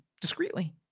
discreetly